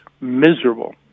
miserable